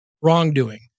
wrongdoing